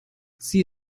sie